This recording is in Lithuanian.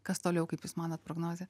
kas toliau kaip jūs manot prognozė